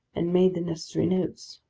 and made the necessary notes.